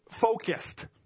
focused